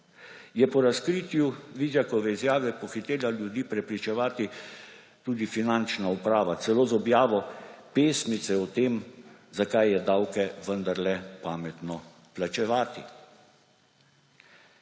je po razkritju Vizjakove izjave pohitela ljudi prepričevati tudi Finančna uprava, celo z objavo pesmice o tem, zakaj je davke vendarle pametno plačevati.